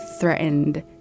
threatened